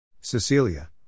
Cecilia